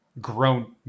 grown